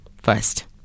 first